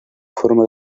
forma